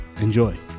Enjoy